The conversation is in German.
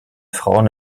frauen